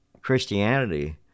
Christianity